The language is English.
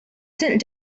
sent